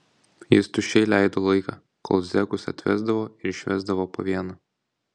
jis tuščiai leido laiką kol zekus atvesdavo ir išvesdavo po vieną